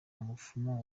umupfumu